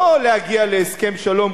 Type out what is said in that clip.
לא להגיע להסכם שלום,